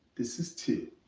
this is two.